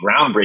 groundbreaking